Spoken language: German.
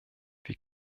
wir